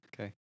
okay